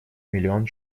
миллион